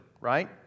right